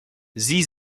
sie